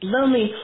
Lonely